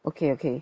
okay okay